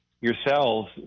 yourselves